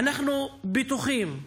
אנחנו בטוחים,